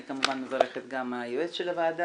אני כמובן מברכת גם את יועץ הוועדה,